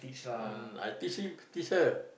umm I teach him teach her